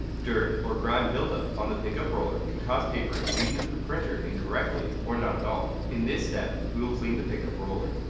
dirt or grime build up on the pickup roller can cause paper to feed into the printer incorrectly or not at all. in this step, we will clean the pickup roller.